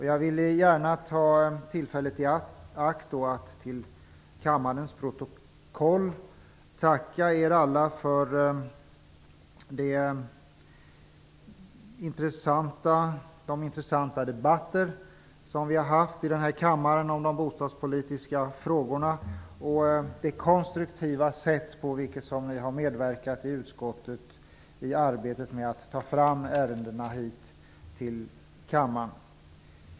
Jag vill gärna ta tillfället i akt att få fört till kammarens protokoll ett tack till er alla för de intressanta debatter som vi har haft i kammaren om de bostadspolitiska frågorna och för det konstruktiva sätt på vilket ni har medverkat i utskottet i arbetet med att ta fram ärendena hit till kammaren.